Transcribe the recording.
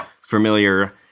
familiar